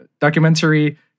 documentary